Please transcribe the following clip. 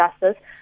Justice